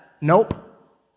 nope